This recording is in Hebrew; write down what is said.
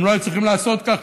הם לא היו צריכים לעשות כך,